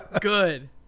good